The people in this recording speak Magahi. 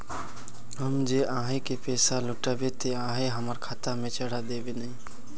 हम जे आहाँ के पैसा लौटैबे ते आहाँ हमरा खाता में चढ़ा देबे नय?